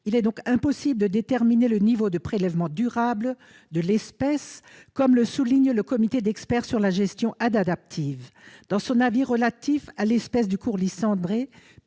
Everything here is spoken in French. Il est donc impossible de déterminer le niveau de prélèvement durable de l'espèce, comme le souligne le comité d'experts sur la gestion adaptative (CEGA) dans son avis relatif à l'espèce du courlis cendré,